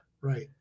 Right